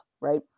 right